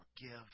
forgive